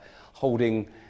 holding